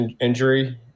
injury